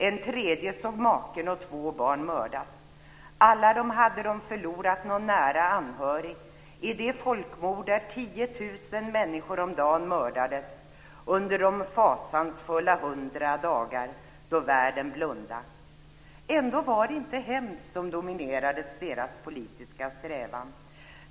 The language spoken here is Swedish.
En tredje såg maken och två barn mördas. Alla hade de förlorat någon nära anhörig i det folkmord där 10 000 människor om dagen mördades under de fasansfulla 100 dagar då världen blundade. Ändå var det inte hämnd, som dominerade deras politiska strävan.